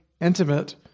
intimate